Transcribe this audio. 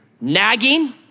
nagging